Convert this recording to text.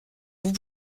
vous